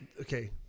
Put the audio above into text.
Okay